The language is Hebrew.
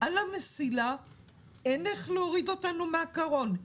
על המסילה אין איך להוריד אותנו מן הקרון.